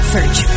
Search